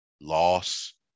Loss